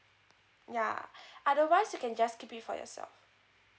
ya otherwise you can just keep it for yourself